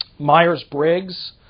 Myers-Briggs